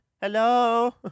Hello